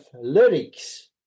lyrics